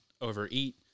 overeat